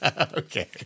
Okay